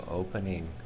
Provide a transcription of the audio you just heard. opening